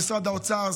למשרד האוצר,